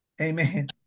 Amen